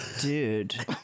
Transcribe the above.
Dude